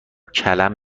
کلم